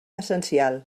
essencial